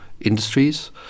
industries